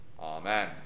Amen